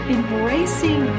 Embracing